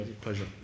pleasure